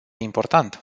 important